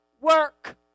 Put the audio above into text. work